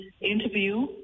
interview